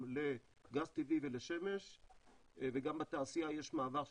לגז טבעי ולשמש וגם בתעשייה יש מעבר,